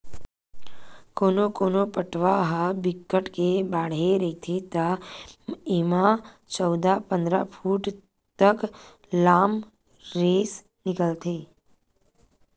कोनो कोनो पटवा ह बिकट के बाड़हे रहिथे त एमा चउदा, पंदरा फूट तक लाम रेसा निकलथे